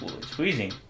squeezing